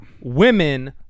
Women